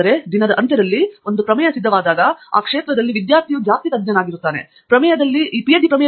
ಆದರೆ ದಿನದ ಅಂತ್ಯದಲ್ಲಿ ಪ್ರಮೇಯ ಸಿದ್ಧವಾದಾಗ ಆ ವಿಷಯದಲ್ಲಿ ವಿದ್ಯಾರ್ಥಿಯು ತಜ್ಞನಾಗಿದ್ದಾನೆ ಪ್ರಮೇಯದಲ್ಲಿ ಈ ನಿರೀಕ್ಷೆಯಿದೆ